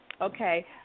Okay